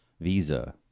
visa